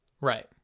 Right